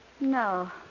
No